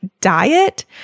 diet